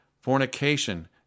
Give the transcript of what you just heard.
fornication